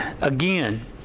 again